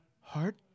Heart